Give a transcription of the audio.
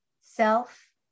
self